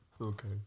Okay